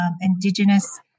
indigenous